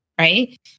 Right